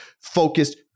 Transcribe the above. focused